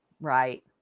Right